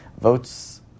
Votes